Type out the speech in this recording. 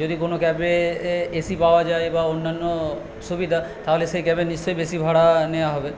যদি কোনো ক্যাবে এ এসি পাওয়া যায় বা অন্যান্য সুবিধা তাহলে সেই ক্যাবে নিশ্চই বেশি ভাড়া নেওয়া হবে